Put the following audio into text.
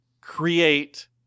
create